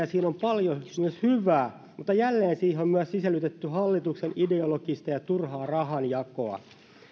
siinä on paljon myös hyvää mutta jälleen siihen on myös sisällytetty hallituksen ideologista ja turhaa rahan jakoa kun